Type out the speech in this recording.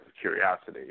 curiosity